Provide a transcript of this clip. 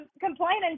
complaining